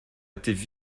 étaient